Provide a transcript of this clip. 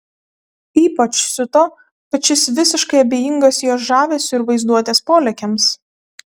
ypač siuto kad šis visiškai abejingas jo žavesiui ir vaizduotės polėkiams